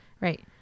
Right